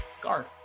guard